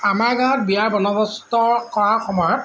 আমাৰ গাঁৱত বিয়া বন্দৱস্ত কৰাৰ সময়ত